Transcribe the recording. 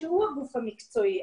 שהוא הגוף המקצועי,